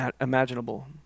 imaginable